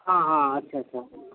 ہاں ہاں اچھا اچھا